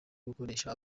gukoresha